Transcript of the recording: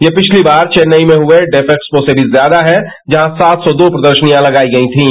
ये पिछली बार चेन्नई में हुए डेफएक्स्पो से मी ज्यादा है जहां सात सौ दो प्रदर्शनियां लगाई गई थीं